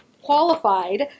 qualified